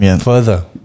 further